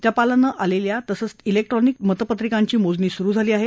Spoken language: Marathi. टपालानं आलेल्या तसंच जिक्ट्रॉनिक मतपत्रिकांची मोजणी सुरु झाली आहे